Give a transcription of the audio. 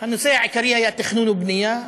הנושא העיקרי היה תכנון ובנייה,